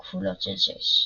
או כפולות של שש.